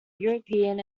european